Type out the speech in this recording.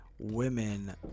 women